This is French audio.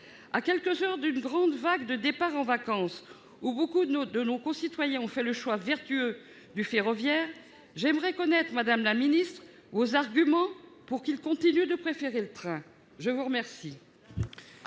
À quelques heures d'une grande vague de départs en vacances, nombre de nos concitoyens ayant fait le choix vertueux du ferroviaire, j'aimerais connaître, madame la ministre, vos arguments pour qu'ils continuent de préférer le train. La parole